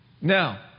Now